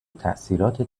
تاثیرات